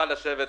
תתארך